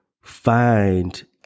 find